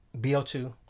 BO2